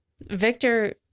victor